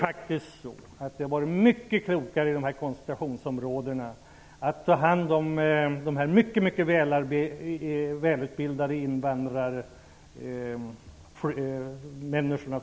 Det hade varit mycket klokare att i koncentrationsområdena ta hand om de mycket välutbildade invandrarna.